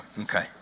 okay